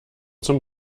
zum